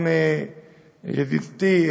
גם ידידתי,